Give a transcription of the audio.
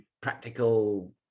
practical